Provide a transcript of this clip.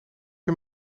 een